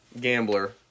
Gambler